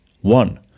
One